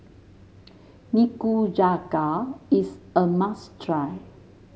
nikujaga is a must try